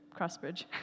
Crossbridge